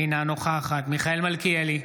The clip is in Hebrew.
אינה נוכחת מיכאל מלכיאלי,